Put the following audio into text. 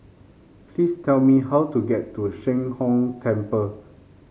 please tell me how to get to Sheng Hong Temple